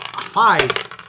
five